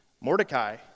Mordecai